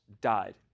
died